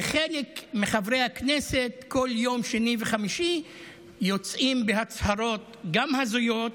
וחלק מחברי הכנסת כל יום שני וחמישי יוצאים בהצהרות גם הזויות,